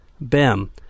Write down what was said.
Bem